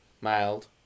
mild